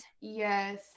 yes